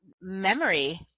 memory